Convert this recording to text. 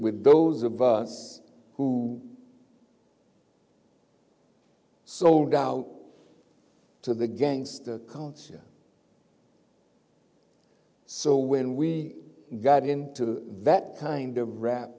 with those of us who sold out to the gangster culture so when we got in to that kind of rap